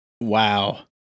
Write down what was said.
Wow